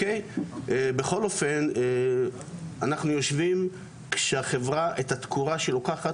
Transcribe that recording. בכל אופן אנחנו יושבים כשהחברה את התקורה שלוקחת,